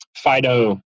FIDO